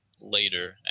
later